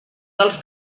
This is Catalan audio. dels